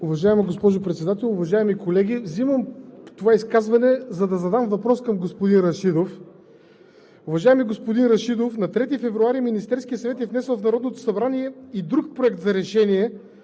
Уважаема госпожо Председател, уважаеми колеги! Взимам това изказване, за да задам въпрос към господин Рашидов. Уважаеми господин Рашидов, на 3 февруари 2021 г. Министерският съвет е внесъл в Народното събрание и друг проект за решение